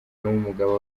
n’umugaba